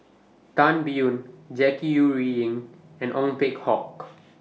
Tan Biyun Jackie Yi Ru Ying and Ong Peng Hock